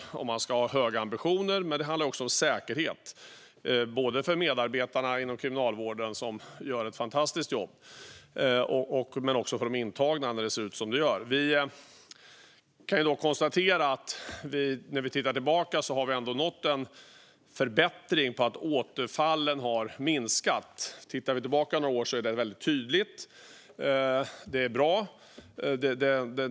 Man ska också ha höga ambitioner. Men det handlar också om säkerhet - både för medarbetarna inom kriminalvården, som gör ett fantastiskt jobb, och för de intagna - när det ser ut som det gör. När vi tittar tillbaka kan vi dock konstatera att vi ändå har nått en förbättring i fråga om att återfallen har minskat. Tittar vi tillbaka några år är detta väldigt tydligt. Det är bra.